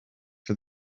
for